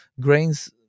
grains